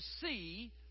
see